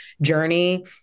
journey